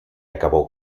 acabó